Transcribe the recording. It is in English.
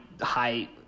high